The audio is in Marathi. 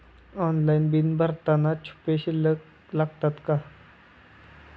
ऑनलाइन बिल भरताना छुपे शुल्क लागतात का?